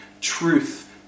truth